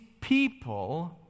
people